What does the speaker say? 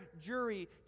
jury